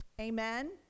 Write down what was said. Amen